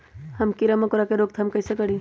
हम किरा मकोरा के रोक थाम कईसे करी?